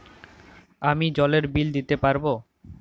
আমি জলের বিল দিতে পারবো?